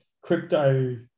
crypto